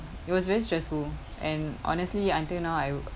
it was very stressful and honestly until now I